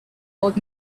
old